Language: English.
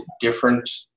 different